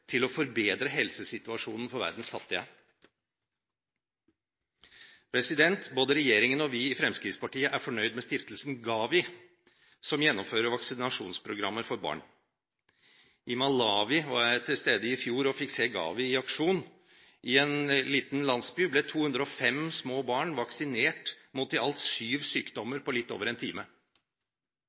til å forbedre helsesituasjonen for verdens fattige. Både regjeringen og vi i Fremskrittspartiet er fornøyd med stiftelsen GAVI, som gjennomfører vaksinasjonsprogrammer for barn. I Malawi var jeg til stede i fjor og fikk se GAVI i aksjon. I en liten landsby ble 205 små barn vaksinert mot i alt syv sykdommer på litt over en time.